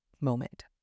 moment